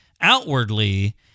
outwardly